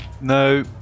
No